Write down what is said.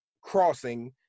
crossing